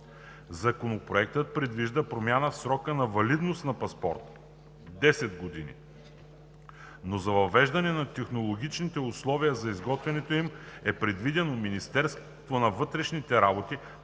Законопроектът предвижда промяна в срока на валидност на паспорта – 10 години, но за въвеждането на технологичните условия за изготвянето им е предвидено Министерството на външните работи